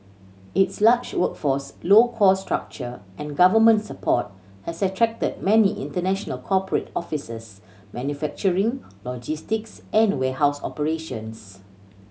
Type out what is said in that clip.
its large workforce low cost structure and government support has attracted many international corporate offices manufacturing logistics and warehouse operations